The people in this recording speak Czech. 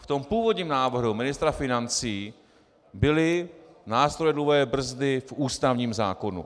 V tom původním návrhu ministra financí byly nástroje dluhové brzdy v ústavním zákonu.